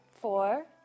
four